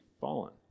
fallen